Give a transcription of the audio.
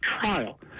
trial